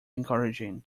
encouraging